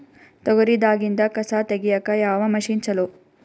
ತೊಗರಿ ದಾಗಿಂದ ಕಸಾ ತಗಿಯಕ ಯಾವ ಮಷಿನ್ ಚಲೋ?